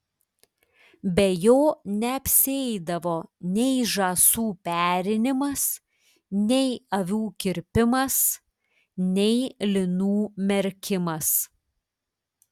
be jo neapsieidavo nei žąsų perinimas nei avių kirpimas nei linų merkimas